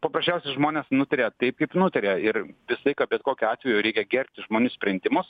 paprasčiausiai žmonės nutarė taip kaip nutarė ir visą laiką bet kokiu atveju reikia gerbti žmonių sprendimus